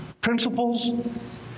principles